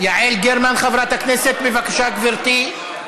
יעל גרמן, חברת הכנסת, בבקשה, גברתי.